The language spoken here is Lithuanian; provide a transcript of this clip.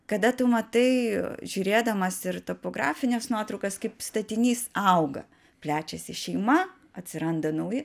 kada tu matai žiūrėdamas ir topografines nuotraukas kaip statinys auga plečiasi šeima atsiranda nauji